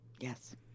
Yes